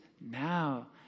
now